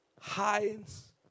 hides